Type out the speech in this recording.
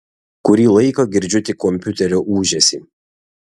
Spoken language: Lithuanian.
kurį laiką girdžiu tik kompiuterio ūžesį